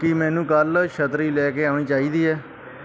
ਕੀ ਮੈਨੂੰ ਕੱਲ੍ਹ ਛਤਰੀ ਲੈ ਕੇ ਆਉਣੀ ਚਾਹੀਦੀ ਹੈ